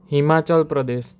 Himachal Pradesh